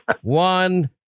one